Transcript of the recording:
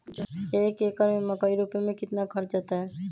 एक एकर में मकई रोपे में कितना खर्च अतै?